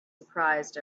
surprised